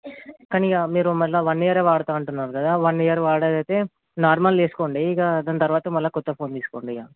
కాని ఇక మీరు మళ్ళీ వన్ ఈ ఇయరే వాడతాను అంటున్నారు కదా వన్ ఇయర్ వాడేది అయితే నార్మల్ వేసుకోండి ఇక దాని తరువాత మళ్ళీ క్రొత్త ఫోన్ తీసుకోండి ఇక